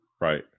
Right